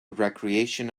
recreation